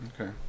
Okay